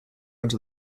into